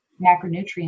macronutrients